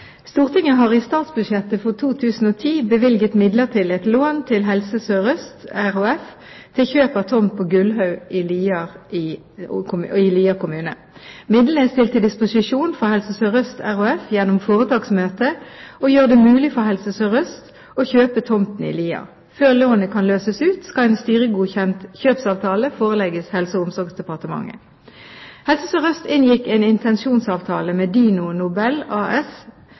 Stortinget har i statsbudsjettet for 2010 bevilget midler til et lån til Helse Sør-Øst RHF til kjøp av tomt på Gullaug i Lier kommune. Midlene er stilt til disposisjon for Helse Sør-Øst RHF gjennom foretaksmøte, og gjør det mulig for Helse Sør-Øst å kjøpe tomten i Lier. Før lånet kan løses ut, skal en styregodkjent kjøpsavtale forelegges Helse- og omsorgsdepartementet. Helse Sør-Øst inngikk en intensjonsavtale med Dyno Nobel AS